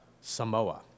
Samoa